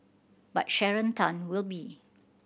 but Sharon Tan will be